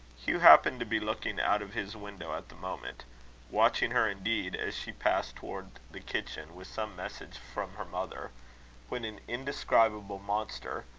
hugh happened to be looking out of his window at the moment watching her, indeed, as she passed towards the kitchen with some message from her mother when an indescribable monster,